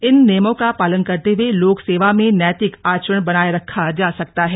इन नियमों का पालन करते हए लोक सेवा में नैतिक आचरण बनाया रखा जा सकता है